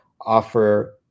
offer